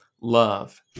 love